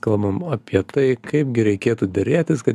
kalbam apie tai kaipgi reikėtų derėtis kad